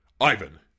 Ivan